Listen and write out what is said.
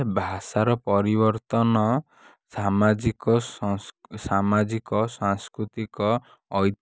ଭାଷାର ପରିବର୍ତ୍ତନ ସାମାଜିକ ସଂସ ସାମାଜିକ ସାଂସ୍କୃତିକ ଐତିହାସିକ